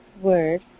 word